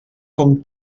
com